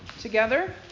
together